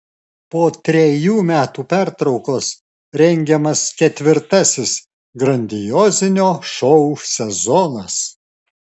po trejų metų pertraukos rengiamas ketvirtasis grandiozinio šou sezonas